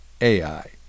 AI